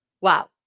wow